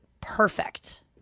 perfect